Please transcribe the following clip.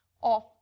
off